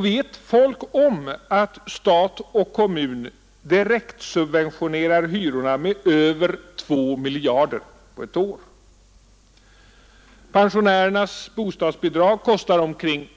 Vet folk om att stat och kommun direktsubventionerar hyrorna med över 2 miljarder kronor på ett år? Pensionärernas bostadsbidrag kostar omkring